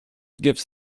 gives